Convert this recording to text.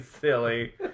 silly